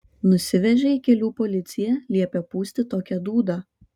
nusivežė į kelių policiją liepė pūsti tokią dūdą